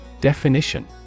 Definition